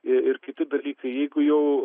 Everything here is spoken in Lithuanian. ir kiti dalykai jeigu jau